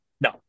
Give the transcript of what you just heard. no